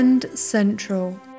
central